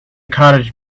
cottage